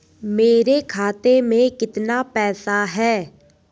मेरे खाते में कितना पैसा है?